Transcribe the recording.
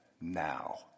now